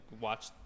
watch